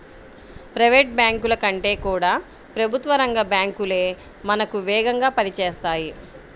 private బ్యాంకుల కంటే కూడా ప్రభుత్వ రంగ బ్యాంకు లే మనకు వేగంగా పని చేస్తాయి